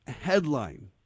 headline